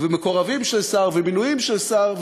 מקורבים של שר ומינויים של שר.